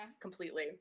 completely